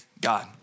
God